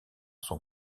son